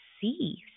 see